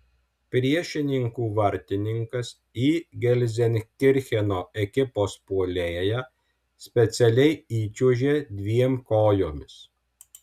priešininkų vartininkas į gelzenkircheno ekipos puolėją specialiai įčiuožė dviem kojomis